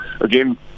again